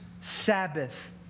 Sabbath